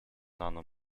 rano